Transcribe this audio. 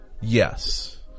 Yes